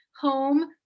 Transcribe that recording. home